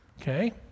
Okay